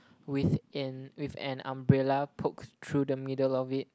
with an with an umbrella poke through the middle of it